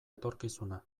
etorkizuna